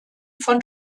von